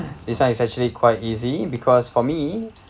this [one] is actually quite easy because for me